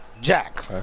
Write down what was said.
Jack